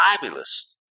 fabulous